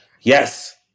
Yes